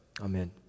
Amen